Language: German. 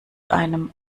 einem